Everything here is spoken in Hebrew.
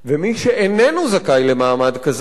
מי שאיננו זכאי למעמד כזה,